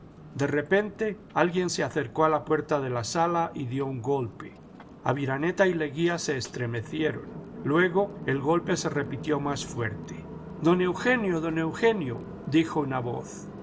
de repente alguien se acercó a la puerta de la sala y dio un golpe aviraneta y leguía se estremecieron luego el golpe se repitió más fuerte don eugenio don eugenio dijo una voz